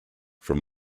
from